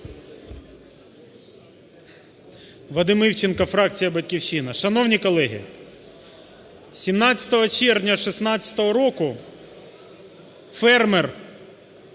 Вадим Івченко, фракція "Батьківщина". Шановні колеги! 17 червня 2016 року фермер,